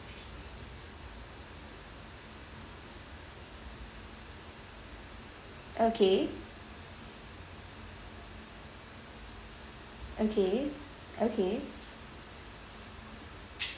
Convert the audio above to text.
okay okay okay